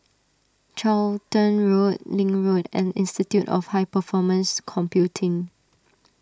Charlton Road Link Road and Institute of High Performance Computing